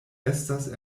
estas